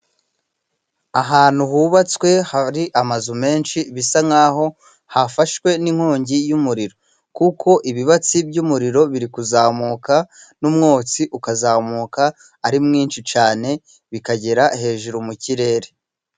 Ahantu hubatswe hari amazu menshi, bisa nk'aho hafashwe n'inkongi y'umuriro, kuko ibibatsi by'umuriro biri kuzamuka n'umwotsi ukazamuka ari mwinshi cyane, bikagera hejuru mu kirere.